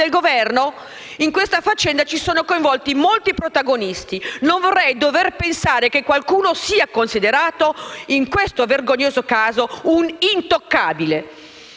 del Governo? In questa faccenda sono coinvolti molti protagonisti. Non vorrei dover pensare che qualcuno sia considerato, in questo vergognoso caso, un intoccabile.